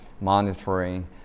monitoring